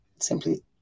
simply